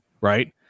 right